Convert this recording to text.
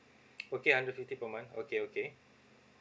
okay hundred fifty per month okay okay